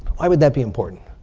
why would that be important?